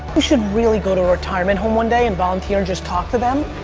you should really go to a retirement home one day and volunteer and just talk to them.